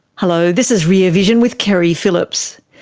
hello, this is rear vision with keri phillips.